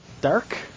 dark